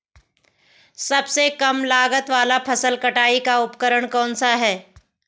सबसे कम लागत वाला फसल कटाई का उपकरण कौन सा है?